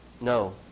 No